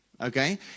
Okay